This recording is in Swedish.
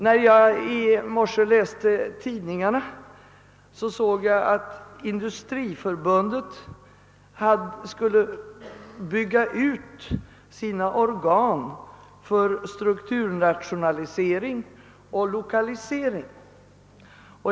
När jag i dag på morgonen läste tidningarna såg jag att Industriförbundet skulle bygga ut sina organ för strukturrationalisering och lokalisering.